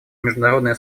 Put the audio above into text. международное